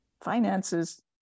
finances